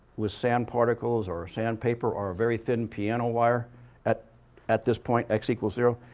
with sand particles or sandpaper or very thin piano wire at at this point, x equals zero.